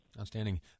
Outstanding